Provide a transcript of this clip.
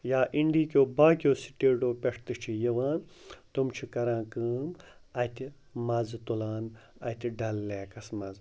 یا اِنٛڈہیٖکیو باقیو سِٹیٹو پٮ۪ٹھ تہِ چھِ یِوان تِم چھِ کَران کٲم اَتہِ مَزٕ تُلان اَتہِ ڈَل لیکَس منٛز